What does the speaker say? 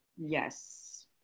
Yes